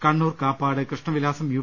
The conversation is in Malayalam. Kannur Kappad Krishnavilasam U